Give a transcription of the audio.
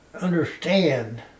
understand